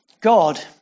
God